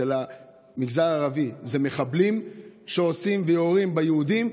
אצל המגזר הערבי זה מחבלים שעושים ויורים ביהודים.